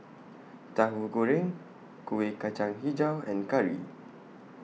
Tahu Goreng Kuih Kacang Hijau and Curry